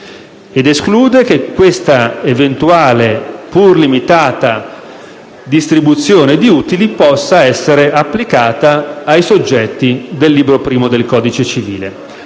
ed esclude che questa eventuale, pur limitata, distribuzione di utili possa essere applicata ai soggetti del libro I del codice civile.